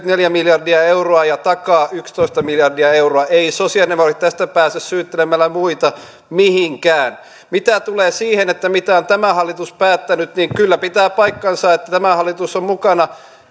neljäkymmentäneljä miljardia euroa ja takauksiin yksitoista miljardia euroa eivät sosialidemokraatit tästä pääse syyttelemällä muita mihinkään mitä tulee siihen mitä on tämä hallitus päättänyt niin kyllä pitää paikkansa että tämä hallitus on mukana